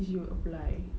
you should apply